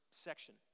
section